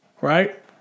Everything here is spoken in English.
right